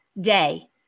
day